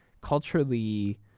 culturally